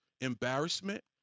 embarrassment